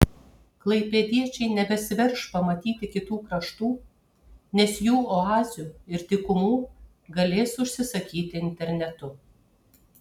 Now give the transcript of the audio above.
klaipėdiečiai nebesiverš pamatyti kitų kraštų nes jų oazių ir dykumų galės užsisakyti internetu